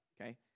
okay